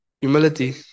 humility